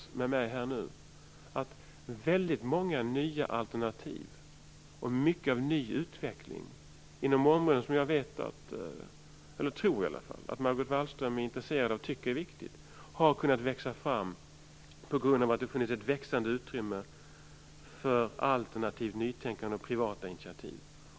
Det är nämligen rätt talande att väldigt många nya alternativ och mycket ny utveckling inom områden som jag tror att Margot Wallström är intresserad av och tycker är viktiga har kunnat växa fram på grund av att det har funnits ett växande utrymme för alternativt nytänkande och privata initiativ.